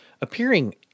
appearing